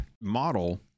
model